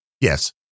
Yes